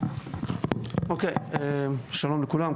שלום לכולם.